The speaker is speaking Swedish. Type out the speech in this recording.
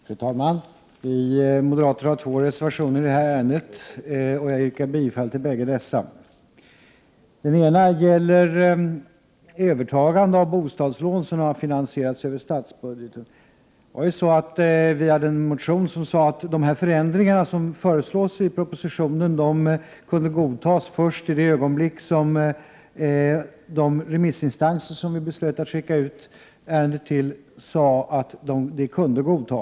Fru talman! Vi moderater har två reservationer i detta ärende. Jag yrkar bifall till bägge reservationerna. Den ena reservationen gäller övertagande av bostadslån som har finansierats över statsbudgeten. Vi har väckt en motion där vi säger att de förändringar som föreslås i propositionen kan godtas först i det ögonblick de remissinstanser till vilka vi har beslutat skicka ut ärendet säger att de kan godtas.